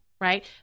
Right